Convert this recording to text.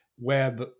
web